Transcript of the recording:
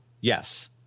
yes